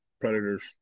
predators